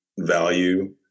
value